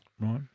Right